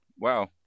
Wow